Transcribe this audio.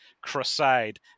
crusade